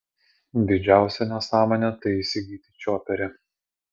didžiausia nesąmonė tai įsigyti čioperį